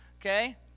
okay